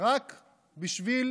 רק בשביל